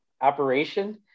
operation